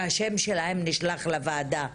והשם שלהן נשלח לוועדה.